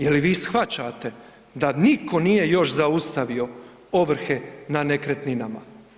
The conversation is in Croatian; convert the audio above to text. Je li vi shvaćate da nitko nije još zaustavio ovrhe na nekretninama?